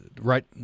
Right